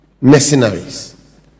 Mercenaries